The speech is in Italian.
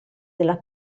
della